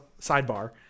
sidebar